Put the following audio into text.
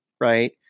right